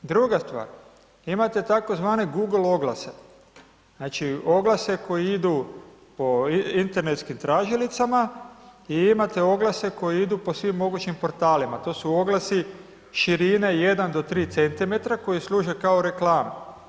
Druga stvar imate tzv. google oglase, znači oglase koji idu po internetskim tražilicama i imate oglase koji idu po svim mogućim portalima, to su oglasi širine 1 do 3 cm koji služe kao reklame.